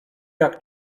jak